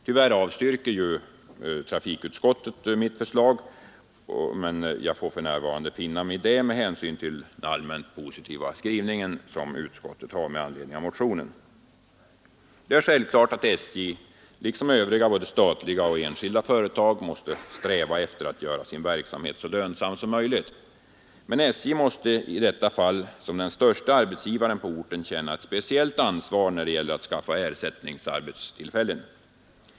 Tyvärr avstyrker trafikutskottet mitt förslag, och jag får för närvarande finna mig i detta med hänsyn till utskottets allmänt positiva skrivning i Det är självklart att SJ — liksom övriga både statliga och enskilda företag — måste sträva efter att göra sin verksamhet så lönsam som möjligt. Men SJ måste i detta fall som den störste arbetsgivaren på orten känna ett speciellt ansvar när det gäller att skaffa ersättningsarbetstillfällen.